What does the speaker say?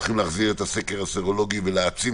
שהולכים להחזיר את הסקר הסרולוגי ולהעצים